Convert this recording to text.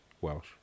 Welsh